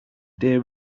dear